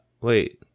wait